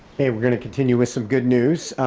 hey, we're gonna continue with some good news.